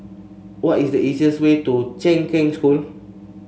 what is the easiest way to Kheng Cheng School